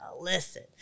listen